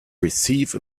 receive